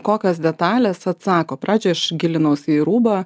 kokios detalės atsako pradžioj aš gilinausi į rūbą